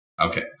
Okay